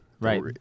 Right